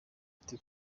ati